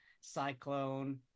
cyclone